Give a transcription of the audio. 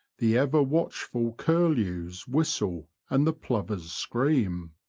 the ever-watchful curlews whistle and the plovers scream.